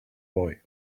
boy